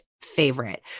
favorite